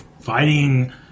fighting